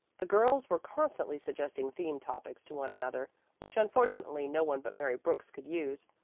the girls were constantly suggesting theme topics to one another which unfortunately no one but mary brooks could use,